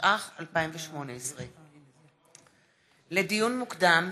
התשע"ח 2018. לדיון מוקדם: